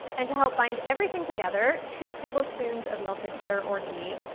and to help bind everything together, two tablespoons of melted butter or ghee,